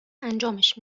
انجامش